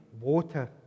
water